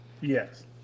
yes